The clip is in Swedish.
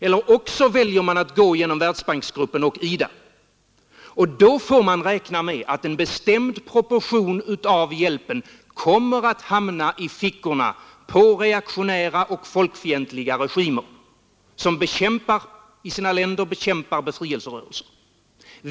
Eller också väljer man att gå genom Världsbanksgruppen och IDA, och då får man räkna med att en bestämd proportion av hjälp kommer att hamna i fickorna på reaktionära och folkfientliga regimer som i sina länder bekämpar befrielserörelser.